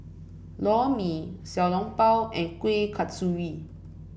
Lor Mee Xiao Long Bao and Kuih Kasturi